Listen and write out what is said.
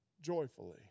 joyfully